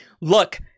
look